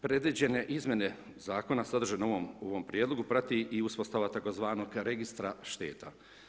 Predviđene izmjene zakona sadržane u ovom prijedlogu prati i uspostava tzv. registra šteta.